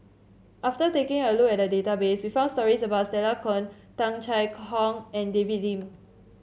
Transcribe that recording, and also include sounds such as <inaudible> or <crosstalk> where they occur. after taking a look at the database we found stories about Stella Kon Tung Chye <unintelligible> Hong and David Lim